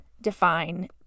define